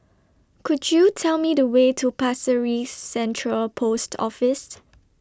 Could YOU Tell Me The Way to Pasir Ris Central Post Office